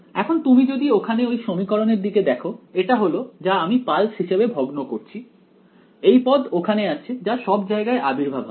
এখন তুমি যদি ওখানে ওই সমীকরণের দিকে দেখো এটা হল যা আমি পালস হিসেবে ভগ্ন করছি এই পদ ওখানে আছে যা সব জায়গায় আবির্ভাব হবে